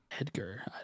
Edgar